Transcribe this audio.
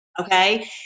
Okay